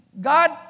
God